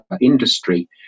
Industry